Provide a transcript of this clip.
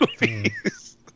movies